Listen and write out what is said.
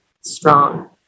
strong